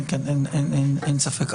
כן, אין ספק.